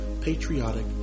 patriotic